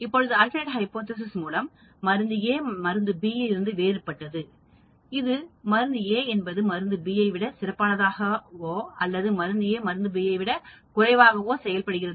இப்போது ஆல்டர்நெட் ஹைபோதேசிஸ்மூலம் மருந்து A மருந்து B இலிருந்து வேறுபட்டது அது மருந்து A என்பது மருந்து B விட மிகவும் சிறப்பானதாகவோ அல்லது மருந்து A மருந்து B ஐ விட குறைவாக செயல்படுகிறது